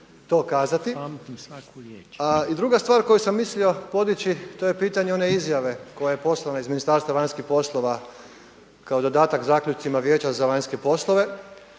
to kazati. I druga stvar koju sam mislio podići to je pitanje one izjave koja je poslana iz Ministarstva vanjskih poslova kao dodatak zaključcima Vijeća za vanjske poslove